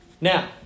Now